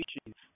species